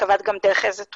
תיקבע איזו תוכנה.